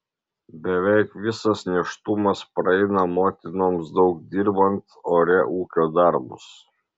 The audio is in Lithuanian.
beveik visas nėštumas praeina motinoms daug dirbant ore ūkio darbus